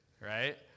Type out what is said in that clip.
right